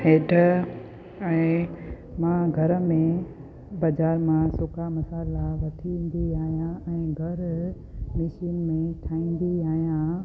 हैडु ऐं मां घर में बाज़ारि मां सुका मसाला वठी ईंदी आहियां ऐं घर मिशीन में ठाहींदी आहियां